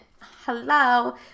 Hello